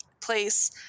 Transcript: place